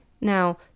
Now